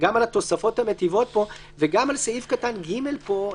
גם על התוספות המיטיבות פה וגם על סעיף קטן (ג) פה,